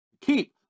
keep